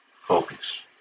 Focus